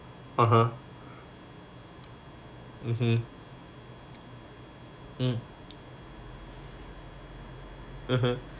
(uh huh) mmhmm mm (uh huh)